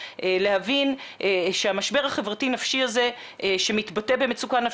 אלא באמת הפוקוס שלנו זה בכיצד,